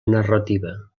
narrativa